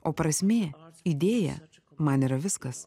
o prasmė idėja man yra viskas